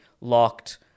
locked